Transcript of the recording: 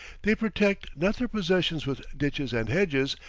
they protect not their possessions with ditches and hedges,